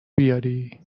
بیاری